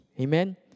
Amen